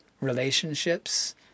relationships